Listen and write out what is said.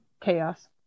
chaos